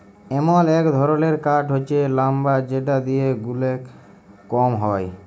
এমল এক ধরলের কাঠ হচ্যে লাম্বার যেটা দিয়ে ওলেক কম হ্যয়